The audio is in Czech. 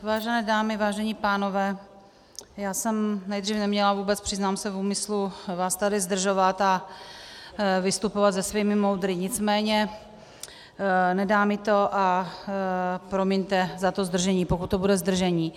Vážené dámy, vážení pánové, já jsem nejdřív neměla vůbec, přiznám se, v úmyslu vás tady zdržovat a vystupovat se svými moudry, nicméně mi to nedá a promiňte za to zdržení, pokud to bude zdržení.